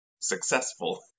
successful